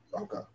Okay